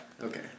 Okay